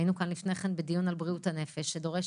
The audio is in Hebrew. היינו כאן לפני כן בדיון על בריאות הנפש שדורש